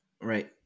right